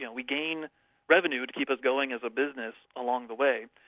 you know we gain revenue to keep us going as a business along the way,